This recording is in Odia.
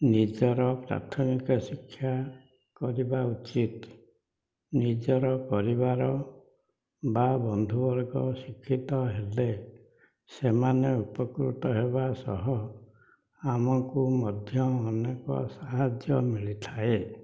ନିଜର ପ୍ରାଥମିକ ଶିକ୍ଷା କରିବା ଉଚିତ୍ ନିଜର ପରିବାର ବା ବନ୍ଧୁ ବର୍ଗ ଶିକ୍ଷିତ ହେଲେ ସେମାନେ ଉପକୃତ ହେବା ସହ ଆମକୁ ମଧ୍ୟ ଅନେକ ସାହାଯ୍ୟ ମିଳିଥାଏ